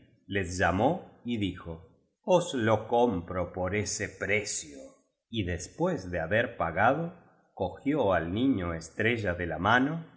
les llamó y dijo os lo compro por ese precio y des pués de haber pagado cogió al niño estrella de la mano y